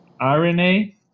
rna